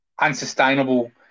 unsustainable